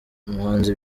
umuhanzi